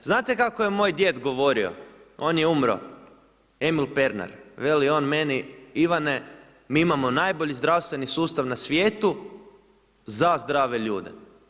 Znate kako je moj djed govorio, on je umro, Emil Pernar, veli on meni, Ivane, mi imamo najbolji zdravstveni sustav na svijetu za zdrave ljude.